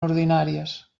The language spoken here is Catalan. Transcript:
ordinàries